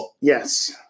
yes